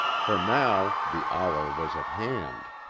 for now the hour was at hand.